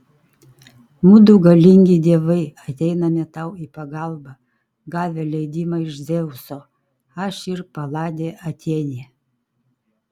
mudu galingi dievai ateiname tau į pagalbą gavę leidimą iš dzeuso aš ir paladė atėnė